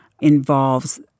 involves